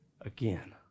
again